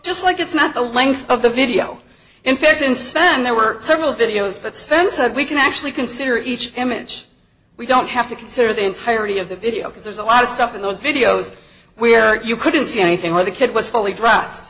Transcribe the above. just like it's not the length of the video in fact insan there were several videos that sense that we can actually consider each image we don't have to consider the entirety of the video because there's a lot of stuff in those videos where you couldn't see anything where the kid was fully dress